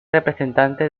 representantes